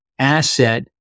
asset